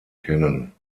kennen